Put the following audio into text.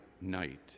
night